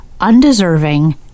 undeserving